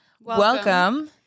Welcome